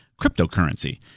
cryptocurrency